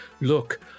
look